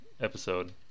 episode